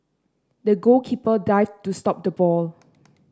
the goalkeeper dived to stop the ball